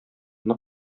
нык